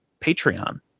Patreon